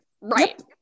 right